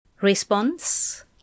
Response